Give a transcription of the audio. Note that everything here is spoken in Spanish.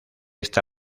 esta